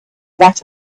that